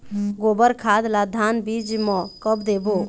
गोबर खाद ला धान बीज म कब देबो?